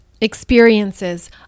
experiences